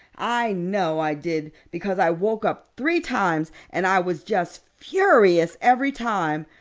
i know i did because i woke up three times and i was just furious every time.